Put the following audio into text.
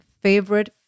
favorite